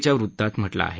च्या वृत्तात म्हटलं आहे